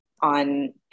on